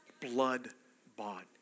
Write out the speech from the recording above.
Blood-bought